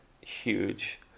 huge